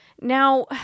now